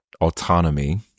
autonomy